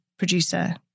producer